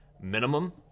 minimum